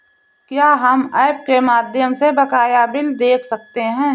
क्या हम ऐप के माध्यम से बकाया बिल देख सकते हैं?